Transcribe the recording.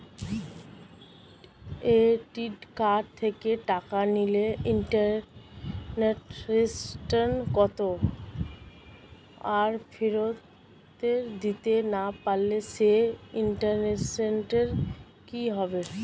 Credit card থেকে টাকা নিলে ইন্টারেস্ট কত আর ফেরত দিতে না পারলে সেই ইন্টারেস্ট কি হবে?